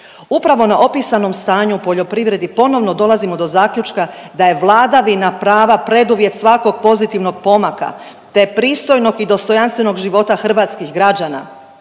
Upravo na opisanom stanju u poljoprivredi ponovno dolazimo do zaključka da je vladavina prava preduvjet svakog pozitivnog pomaka te pristojnog i dostojanstvenog života hrvatskih građana